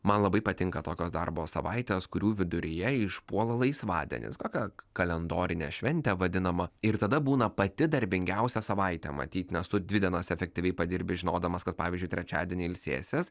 man labai patinka tokios darbo savaitės kurių viduryje išpuola laisvadienis kokia kalendorine švente vadinama ir tada būna pati darbingiausia savaitė matytnes tu dvi dienas efektyviai padirbi žinodamas kad pavyzdžiui trečiadienį ilsėsies